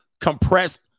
compressed